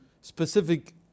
specific